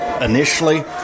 initially